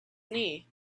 knee